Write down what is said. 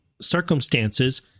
circumstances